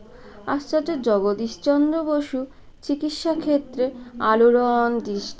আশ্চর্য জগদীশচন্দ্র বসু চিকিৎসা ক্ষেত্রে আলোড়ন দৃষ্টি